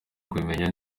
kubimenya